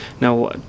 Now